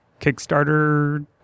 Kickstarter